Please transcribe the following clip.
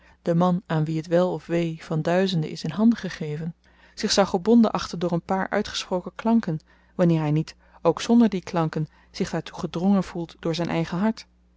de man aan wien het wel of wee van duizenden is in handen gegeven zich zou gebonden achten door een paar uitgesproken klanken wanneer hy niet ook zonder die klanken zich daartoe gedrongen voelt door zyn eigen hart